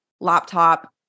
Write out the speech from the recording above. laptop